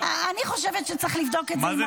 אני חושבת שצריך לבדוק את זה עם האקדמיה ללשון.